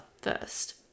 first